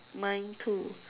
mine too